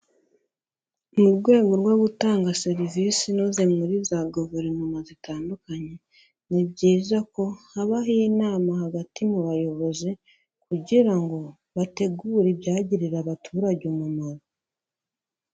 Mu rwego rwo gutanga serivisi inoze muri za guverinoma zitandukanye, ni byiza ko habaho inama hagati mu bayobozi kugira ngo bategurare ibyagirira abaturage umumaro.